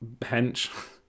hench